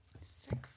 Sick